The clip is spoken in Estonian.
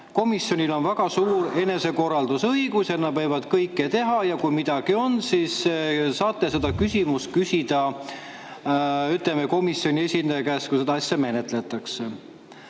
komisjonil on väga suur enesekorraldusõigus ja nad võivad kõike teha. Ja kui midagi on, siis saate seda küsimust küsida komisjoni esindaja käest, kui seda asja menetletakse. Aga